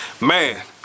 Man